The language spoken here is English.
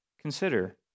consider